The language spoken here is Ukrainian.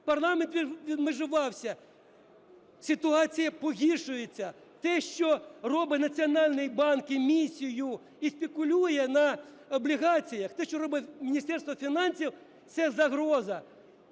парламент відмежувався, ситуація погіршується. Те, що робить Національний банк емісію і спекулює на облігаціях, те, що робить Міністерство фінансів, це загроза.